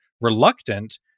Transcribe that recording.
reluctant